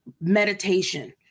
meditation